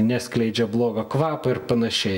neskleidžia blogo kvapo ir panašiai